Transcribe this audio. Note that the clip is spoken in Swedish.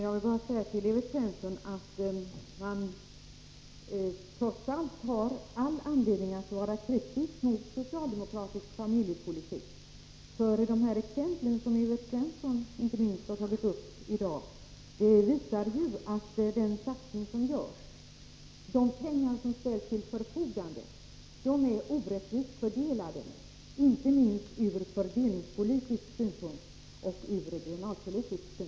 Herr talman! Man har all anledning att vara kritisk mot socialdemokratisk familjepolitik. De exempel som Evert Svensson har gett i dag visar att de pengar som ställs till förfogande är orättvist fördelade, inte minst ur regionalpolitisk synpunkt, men också ur fördelningspolitisk synpunkt.